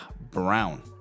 Brown